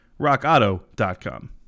RockAuto.com